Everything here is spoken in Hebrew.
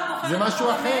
זה משהו אחר.